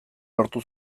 lortu